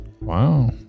wow